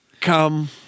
come